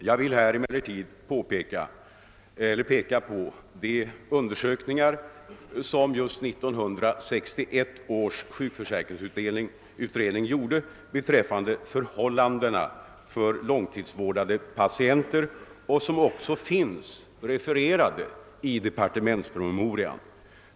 Jag vill emellertid peka på de undersökningar som just 1961 års sjukförsäkringsutredning företog beträffande förhållandena för långtidsvårdade patienter och som finns refererade i departementspromemorian.